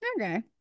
Okay